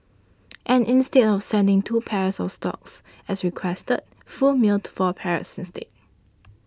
and instead of sending two pairs of stocks as requested Foo mailed to four pairs instead